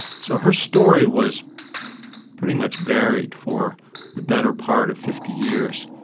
so her story was pretty much buried for the better part of fifty years,